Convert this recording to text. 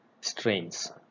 strains